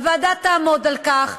הוועדה תעמוד על כך.